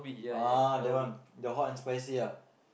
ah that one the hot and spicy ah